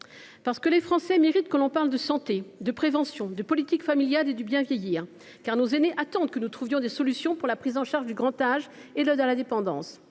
Parce que les Français méritent que nous parlions de santé, de prévention, de politique familiale et du bien vieillir, parce que nos aînés attendent que nous trouvions des solutions pour la prise en charge du grand âge et de la dépendance,